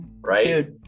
right